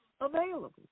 available